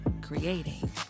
creating